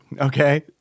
Okay